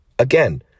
Again